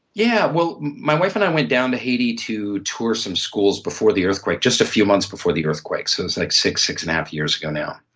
yeah. well, my wife and i went down to haiti to tour some schools before the earthquake, just a few months before the earthquake, so it was like six, six and a half years ago now.